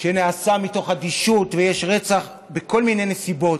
שנעשה מתוך אדישות, ויש רצח בכל מיני נסיבות.